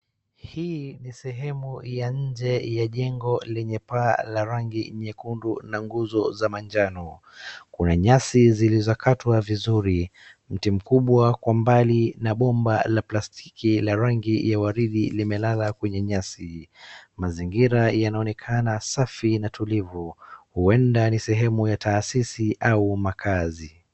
Hii ni sehemu ya nje ya jengo lenye paa la rangi nyekundu na nguzo za manjano. Kuna nyasi zilizokatwa vizuri, mti kubwa kwa mbali na bomba la plastiki la rangi waridhi limelala kwenye nyasi. Mazingira yanaonekana safi na tulivu, huenda ni sehemu ya taasisi au makazi.